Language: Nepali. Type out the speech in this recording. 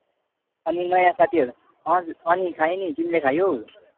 अनि नयाँ साथीहरू अनि खाएँ नि तिमीले खायौ